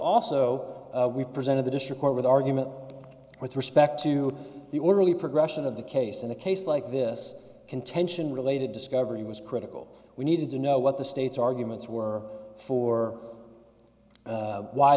also we presented the district court with argument with respect to the orderly progression of the case in a case like this contention related discovery was critical we needed to know what the state's arguments were for